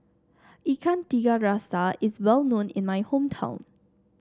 Ikan Tiga Rasa is well known in my hometown